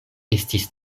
estis